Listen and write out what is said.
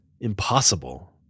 impossible